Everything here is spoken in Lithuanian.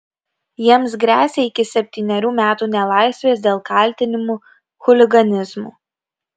jiems gresia iki septynerių metų nelaisvės dėl kaltinimų chuliganizmu